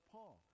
Paul